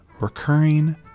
Recurring